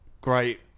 Great